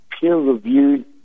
peer-reviewed